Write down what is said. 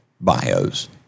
bios